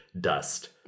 dust